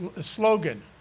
slogan